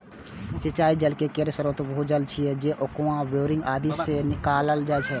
सिंचाइ जल केर मुख्य स्रोत भूजल छियै, जे कुआं, बोरिंग आदि सं निकालल जाइ छै